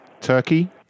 Turkey